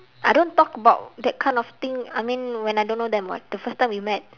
I don't talk about that kind of thing I mean when I don't know them [what] the first time we met